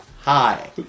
Hi